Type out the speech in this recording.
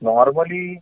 Normally